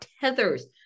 tethers